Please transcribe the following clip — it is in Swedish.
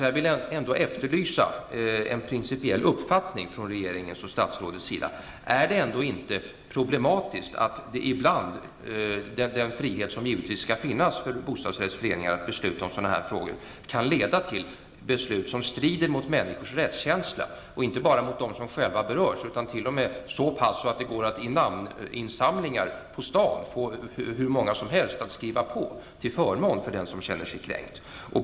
Jag vill efterlysa en principiell uppfattning från regeringens och statsrådets sida: Är det ändå inte problematiskt att den frihet, som givetvis skall finnas för en bostadsrättsförening att besluta om sådana här frågor, ibland kan leda till beslut som strider mot människors rättskänsla, inte bara när det gäller rättskänslan hos dem som själva berörs, utan det går t.o.m. att i namninsamlingar ute på stan få hur många som helst att skriva på till förmån för den som känner sig kränkt?